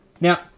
Now